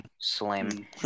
slim